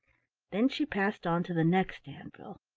then she passed on to the next anvil,